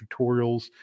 tutorials